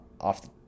off